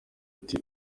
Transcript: ati